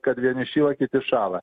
kad vieniši o kiti šąla